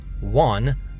One